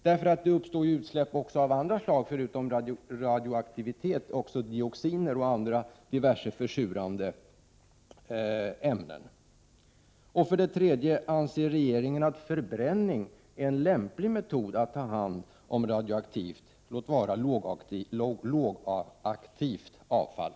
Det uppstår utsläpp också av andra slag, förutom radioaktivitet är det dioxiner och diverse försurande ämnen. Anser regeringen att förbränning är en lämplig metod att ta hand om radioaktivt, låt vara lågaktivt, avfall?